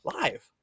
live